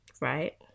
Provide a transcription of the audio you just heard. right